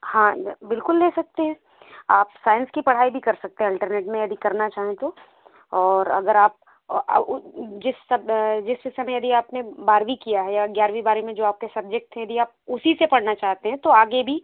हाँ बिल्कुल ले सकते हैं आप साइंस की पढ़ाई भी कर सकते हैं अल्टरनेट में यदि करना चाहें तो और अगर आप जिस सब जिस समय यदि आपने बारहवी किया है या ग्यारहवी बारहवी में जो आप के सब्जेक्ट थे यदि आप उसी से पढ़ना चाहते हैं तो आगे भी